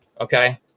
Okay